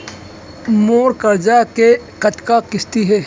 मोर करजा के कतका किस्ती हे?